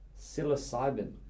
psilocybin